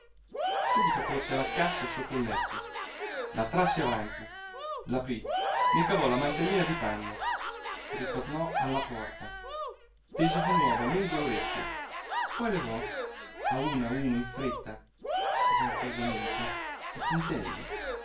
subito corse alla cassa sotto il letto la trasse avanti l'aprí ne cavò la mantellina di panno ritornò alla porta tese di nuovo a lungo l'orecchio poi levò a uno a uno in fretta silenziosamente i puntelli